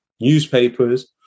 newspapers